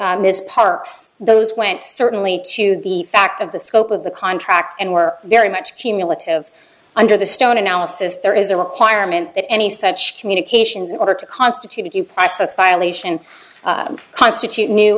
ms parks those went certainly to the fact of the scope of the contract and were very much cumulative under the stone analysis there is a requirement that any such communications in order to constitute a due process violation constitute new